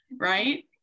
right